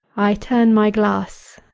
i turn my glass,